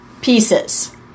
pieces